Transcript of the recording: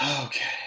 Okay